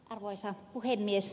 arvoisa puhemies